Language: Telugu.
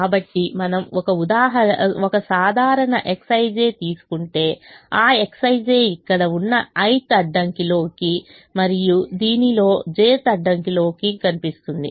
కాబట్టి మనము ఒక సాధారణ Xij తీసుకుంటే ఆ Xij ఇక్కడ ఉన్న i'th అడ్డంకిలో మరియు దీనిలో j'th అడ్డంకిలో కనిపిస్తుంది